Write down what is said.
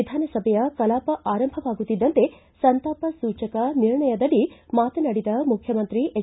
ವಿಧಾನಸಭೆಯ ಕಲಾಪ ಆರಂಭವಾಗುತ್ತಿದ್ದಂತೆ ಸಂತಾಪ ಸೂಚಕ ನಿರ್ಣಯದಡಿ ಮಾತನಾಡಿದ ಮುಖ್ಯಮಂತ್ರಿ ಎಚ್